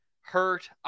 hurt